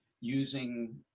using